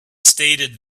stated